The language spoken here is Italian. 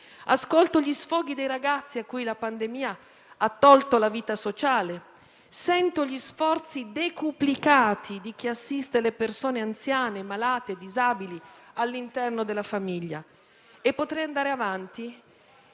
Ascolto gli sfoghi dei ragazzi a cui la pandemia ha tolto la vita sociale; sento gli sforzi decuplicati di chi assiste le persone anziane malate, disabili, all'interno della famiglia. E potrei andare avanti.